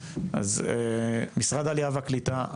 משרד העלייה והקליטה,